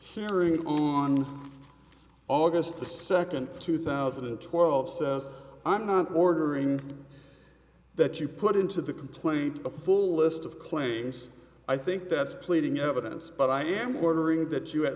hearing on august the second two thousand and twelve says i'm not ordering that you put into the complaint a full list of claims i think that's pleading evidence but i am ordering that you at